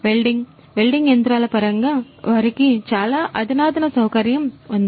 welding welding యంత్రాల పరంగా వారికి చాలా అధునాతన సౌకర్యం ఉంది